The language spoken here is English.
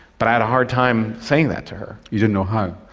but i had a hard time saying that to her. you didn't know how.